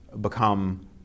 become